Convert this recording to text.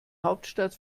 hauptstadt